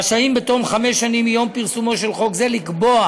רשאים בתום חמש שנים מיום פרסומו של חוק זה לקבוע